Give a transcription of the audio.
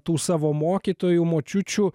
tų savo mokytojų močiučių